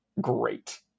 great